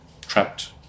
trapped